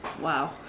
Wow